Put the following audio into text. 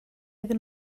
iddyn